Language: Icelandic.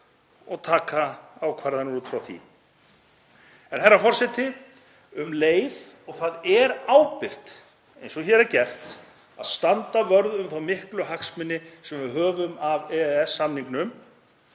og taka ákvarðanir út frá því. Um leið, herra forseti, og það er ábyrgt eins og hér er gert, að standa vörð um þá miklu hagsmuni sem við höfum af EES-samningnum